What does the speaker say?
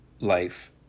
life